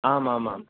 आम् आम् आम्